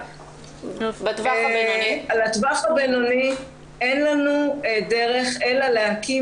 לטווח הבינוני, אין לנו דרך אלא להקים